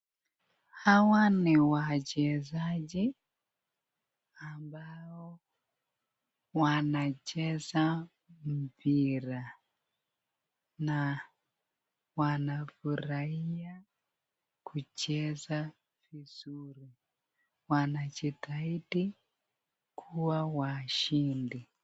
Hawa ni wachezaji ambao wanacheza mpira na wanafurahia kucheza vizuri, wanajitahidi kuwa washindi.